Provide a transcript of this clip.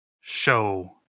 show